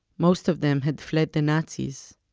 most of them had fled the nazis.